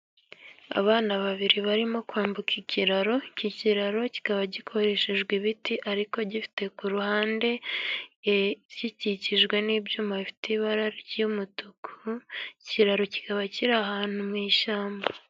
Abana babiri barimo kwambuka ikiraro. Iki kiraro kikaba gikoreshejwe ibiti, ariko gifite ku ruhande, gikikijwe n'ibyuma bifite ibara ry'umutuku. ikiraro kikaba kiri ahantu mu ishyamba.